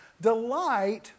delight